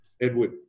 Edward